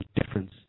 difference